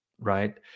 right